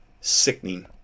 sickening